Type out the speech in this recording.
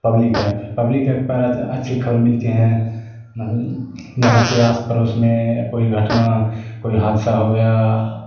public app public app पर अच्छी ख़बर मिलती है मतलब यहाँ के आस पड़ोस में कोई घटना कोई हादसा हो गया